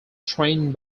trained